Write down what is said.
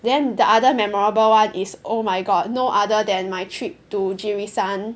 then the other memorable [one] is oh my god no other than my trip to Jirisan